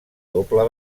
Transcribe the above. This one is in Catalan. doble